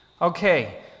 Okay